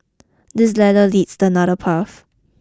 this ladder leads to another path